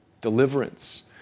deliverance